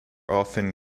often